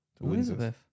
Elizabeth